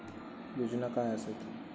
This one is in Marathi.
योजना काय आसत?